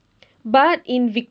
but in